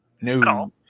No